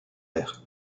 vert